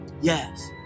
Yes